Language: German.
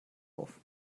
auf